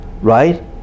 right